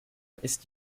ist